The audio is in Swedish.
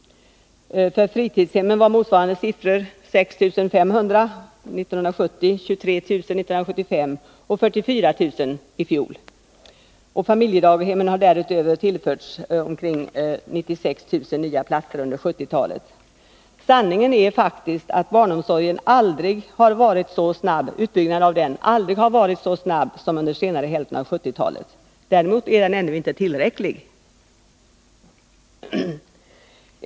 För fritidshemmen är motsvarande siffror 6 500, 23 000 och 44 000. Familjedaghemmen har därutöver tillförts ca 96 000 nya platser under 1970-talet. Sanningen är faktiskt den att utbyggnaden av barnomsorgen aldrig har varit så snabb som under senare hälften av 1970-talet. Däremot är den ännu inte tillräcklig.